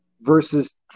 versus